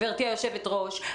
גברתי היושבת-ראש,